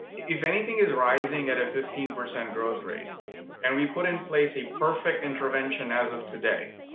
if anything is rising at a fifteen percent growth rate and we put in place a perfect intervention as of today,